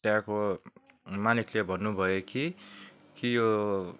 त्यहाँको मालिकले भन्नुभयो कि कि यो